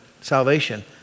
salvation